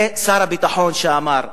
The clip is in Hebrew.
זה שר הביטחון שאמר.